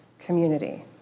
community